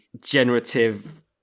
generative